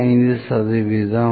5 சதவீதம்